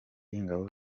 y’ingabo